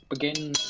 begin